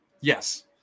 Yes